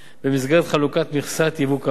במסגרת חלוקת מכסת יבוא כאמור.